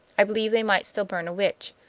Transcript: i believe they might still burn a witch.